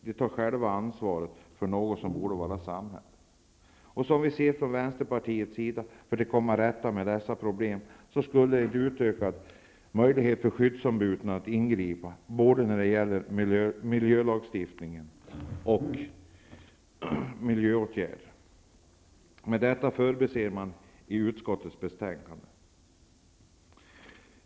De tar själva ansvaret för något som borde vara samhällets sak. För att komma till rätta med dessa problem skulle, som vi ser det från Vänsterpartiets sida, en ökad möjlighet för skyddsombuden att ingripa behövas både när det gäller miljölagstiftning och miljöåtgärder. Men detta förbiser man i utskottets betänkande.